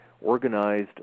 organized